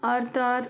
आओर तऽ आओर